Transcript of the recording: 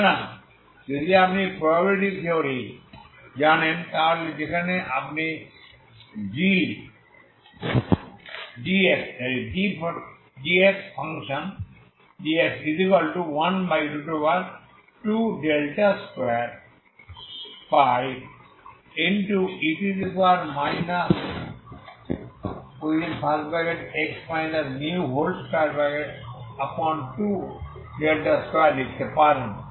সুতরাং যদি আপনি প্রোবাবিলিটি থিওরি জানেন তাহলে সেখানে আপনি g gx12σ2e x μ222 লিখতে পারেন